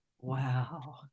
wow